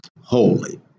holy